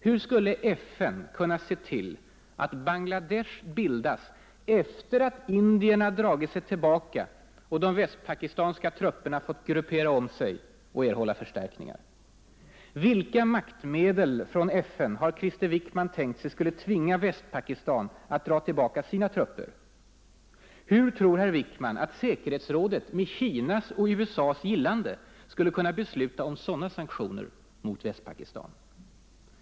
Hur skulle FN kunna se till att Bangla Desh bildas efter att indierna dragit sig tillbaka och de västpakistanska trupperna fått gruppera om sig och erhålla förstärkningar? Vilka maktmedel från FN har Krister Wickman tänkt sig skulle tvinga Västpakistan att dra tillbaka sina trupper? Hur tror herr Wickman att säkerhetsrådet med Kinas och USA:s gillande skulle kunna besluta om sådana sanktioner mot Västpakistan?